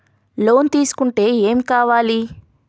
Loan తీసుకుంటే ఏం కావాలి?